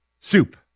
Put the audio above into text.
soup